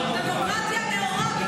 דמוקרטיה נאורה.